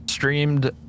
Streamed